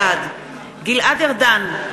בעד גלעד ארדן,